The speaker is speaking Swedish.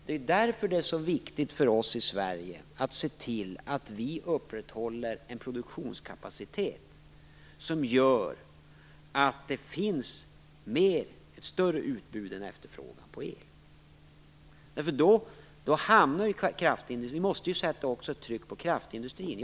Därför är det så viktigt för oss i Sverige att se till att vi upprätthåller en produktionskapacitet som gör att utbudet är större än efterfrågan när det gäller el. Vi måste ju sätta tryck också på kraftindustrin.